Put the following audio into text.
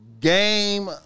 Game